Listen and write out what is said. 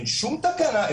אין שום תקנה,